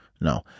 No